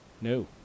No